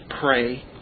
pray